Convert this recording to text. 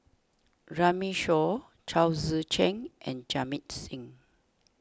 Runme Shaw Chao Tzee Cheng and Jamit Singh